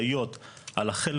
במקטע